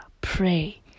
Pray